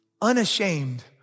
Unashamed